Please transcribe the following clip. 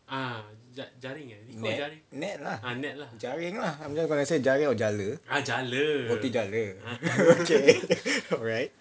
net net lah jaring lah I'm just gonna say jaring or jala ah jala alright